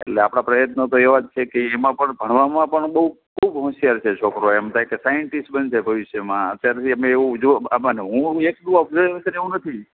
એટલે આપણા પ્રયત્નો તો એવાં જ છે કે એમાં પણ ભણવામાં પણ બહુ ખૂબ હોંશિયાર છે છોકરો એમ થાય કે સાયન્ટિસ્ટ બનશે ભવિષ્યમાં અત્યારથી એમને એવું જો આમાં હું એકનું ઓબ્ઝર્વેશન એવું નથી